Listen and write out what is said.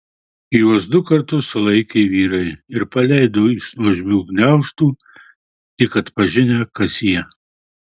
juos du kartus sulaikė vyrai ir paleido iš nuožmių gniaužtų tik atpažinę kas jie